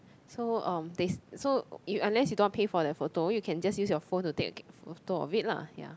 so uh so unless you don't want to pay for that photo you can just use your phone to take a to take a photo of it lah ya